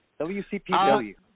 wcpw